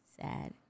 sad